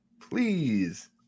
please